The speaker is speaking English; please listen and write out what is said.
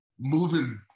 moving